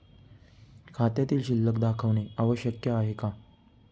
खात्यातील शिल्लक दाखवणे आवश्यक आहे का?